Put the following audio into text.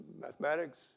mathematics